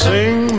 Sing